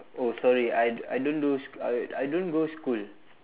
oh sorry I d~ I don't do sch~ I I don't go school